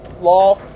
law